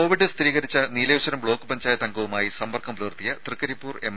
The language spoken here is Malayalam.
കോവിഡ് സ്ഥിരീകരിച്ച നീലേശ്വരം ബ്ലോക്ക് പഞ്ചായത്ത് അംഗവുമായി സമ്പർക്കം പുലർത്തിയ തൃക്കരിപ്പൂർ എം